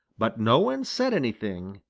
but no one said anything,